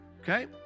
Okay